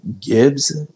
Gibbs